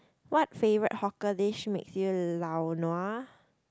what favourite hawker dish makes you lao nua